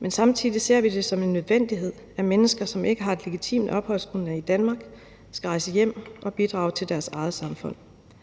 Men samtidig ser vi det som en nødvendighed, at mennesker, som ikke har et legitimt opholdsgrundlag i Danmark, skal rejse hjem og bidrage til deres eget samfund.